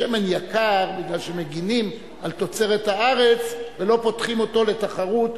השמן יקר כי מגינים על תוצרת הארץ ולא פותחים אותו לתחרות.